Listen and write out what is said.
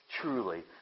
Truly